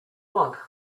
want